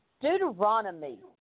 Deuteronomy